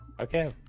Okay